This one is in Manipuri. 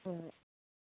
ꯍꯣꯏ ꯍꯣꯏ